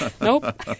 Nope